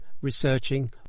researching